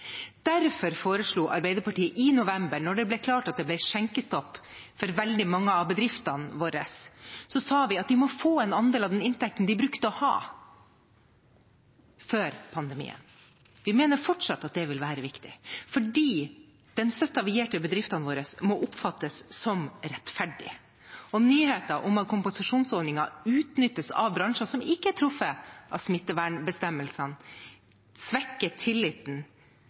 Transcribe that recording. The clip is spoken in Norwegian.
Derfor foreslo Arbeiderpartiet i november, da det ble klart at det ble skjenkestopp for veldig mange av bedriftene våre, at de måtte få en andel av den inntekten de brukte å ha før pandemien. Vi mener fortsatt at det vil være viktig, fordi den støtten vi gir til bedriftene våre, må oppfattes som rettferdig. Nyheten om at kompensasjonsordningen utnyttes av bransjer som ikke er truffet av smittevernbestemmelsene, svekker tilliten